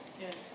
Yes